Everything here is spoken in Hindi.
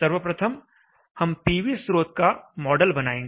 सर्वप्रथम हम पीवी स्रोत का मॉडल बनाएंगे